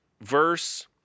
verse